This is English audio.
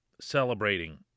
celebrating